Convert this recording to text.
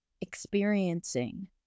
experiencing